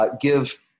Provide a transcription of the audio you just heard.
give